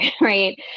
right